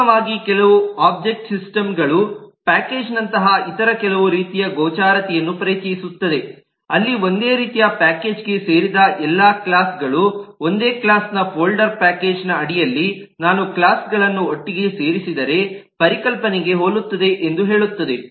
ಅಂತಿಮವಾಗಿ ಕೆಲವು object system ಗಳು ಪ್ಯಾಕೇಜ್ ನಂತಹ ಇತರ ಕೆಲವು ರೀತಿಯ ಗೋಚರತೆಯನ್ನು ಪರಿಚಯಿಸುತ್ತವೆ ಅಲ್ಲಿ ಒಂದೇ ರೀತಿಯ ಪ್ಯಾಕೇಜ್ ಗೆ ಸೇರಿದ ಎಲ್ಲಾ ಕ್ಲಾಸ್ ಗಳು ಒಂದೇ ಕ್ಲಾಸ್ ನ ಫೋಲ್ಡರ್ ಪ್ಯಾಕೇಜ್ ನ ಅಡಿಯಲ್ಲಿ ನಾನು ಕ್ಲಾಸ್ ಗಳನ್ನು ಒಟ್ಟಿಗೆ ಸೇರಿಸಿದರೆ ಪರಿಕಲ್ಪನೆಗೆ ಹೋಲುತ್ತದೆ ಎಂದು ಹೇಳುತ್ತದೆ